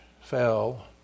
fell